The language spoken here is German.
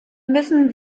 müssen